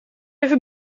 even